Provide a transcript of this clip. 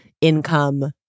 income